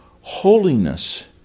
Holiness